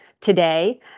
today